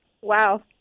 Wow